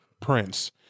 Prince